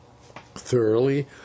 Thoroughly